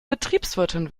betriebswirtin